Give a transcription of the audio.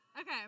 Okay